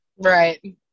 Right